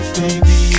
baby